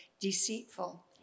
deceitful